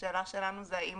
השאלה שלנו היא האם